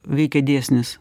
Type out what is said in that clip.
veikia dėsnis